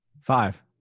five